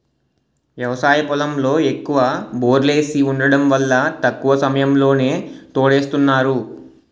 వ్యవసాయ పొలంలో ఎక్కువ బోర్లేసి వుండటం వల్ల తక్కువ సమయంలోనే తోడేస్తున్నారు